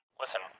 Listen